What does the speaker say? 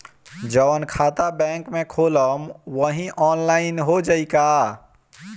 जवन खाता बैंक में खोलम वही आनलाइन हो जाई का?